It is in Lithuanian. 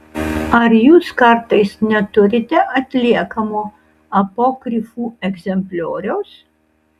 ar jūs kartais neturite atliekamo apokrifų egzemplioriaus